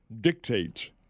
dictates